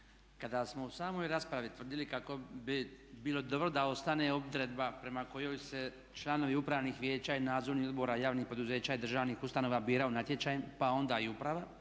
kada smo u samoj raspravi tvrdili kako bi bilo dobro da ostane odredba prema kojoj se članovi upravnih vijeća i nadzornih odbora javnih poduzeća i državnih ustanova biraju natječajem pa onda i uprava,